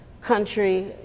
country